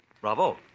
Bravo